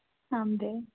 सांबे